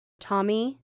Tommy